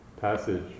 passage